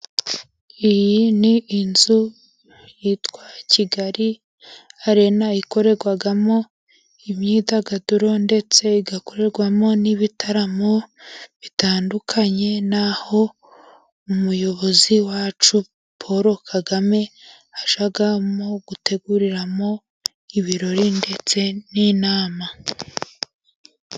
Iyi ni inzu yitwa Kigali Arena ikorerwamo imyidagaduro ndetse igakorerwamo n'ibitaramo bitandukanye, n'aho umuyobozi wacu Paul Kagame ajyamo guteguriramo ibirori ndetse n'inama.